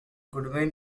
goodwin